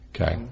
Okay